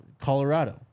Colorado